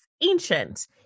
ancient